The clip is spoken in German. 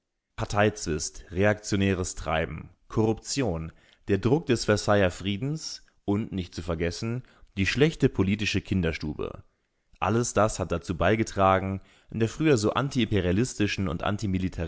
parteizwist reaktionäres treiben korruption der druck des versailler friedens und nicht zu vergessen die schlechte politische kinderstube alles das hat dazu beigetragen in der früher so antiimperialistischen und